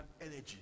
energy